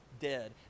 dead